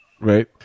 Right